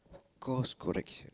course correction